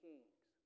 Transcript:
Kings